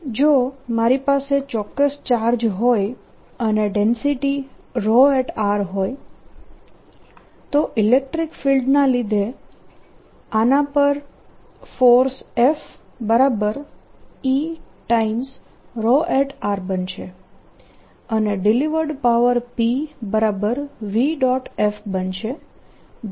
JVolume જો મારી પાસે ચોક્કસ ચાર્જ હોય અને ડેન્સિટી હોય તો ઇલેક્ટ્રીક ફિલ્ડના લીધે આના પર ફોર્સ FE બનશે અને ડિલીવર્ડ પાવર Pv